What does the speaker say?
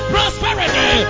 Prosperity